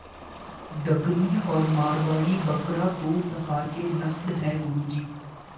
डकनी और मारवाड़ी बकरा दो प्रकार के नस्ल है गुरु जी